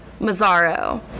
Mazzaro